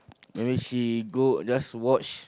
maybe she go just watch